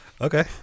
Okay